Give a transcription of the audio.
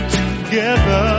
together